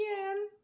again